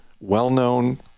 well-known